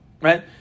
right